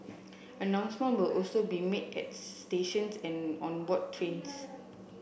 announcement will also be made at stations and on board trains